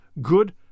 good